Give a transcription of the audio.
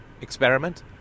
experiment